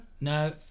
No